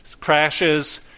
crashes